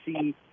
see